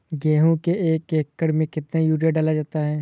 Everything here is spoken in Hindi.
गेहूँ के एक एकड़ में कितना यूरिया डाला जाता है?